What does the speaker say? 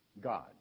God